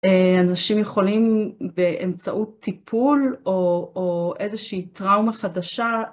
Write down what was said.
אנשים יכולים באמצעות טיפול או או איזושהי טראומה חדשה.